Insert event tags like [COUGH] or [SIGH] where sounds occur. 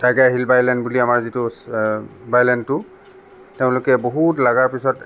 [UNINTELLIGIBLE] Silbari lane বুলি আমাৰ যিটো বাইলেনটো তেওঁলোকে বহুত লগাৰ পিছত